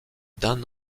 d’un